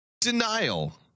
Denial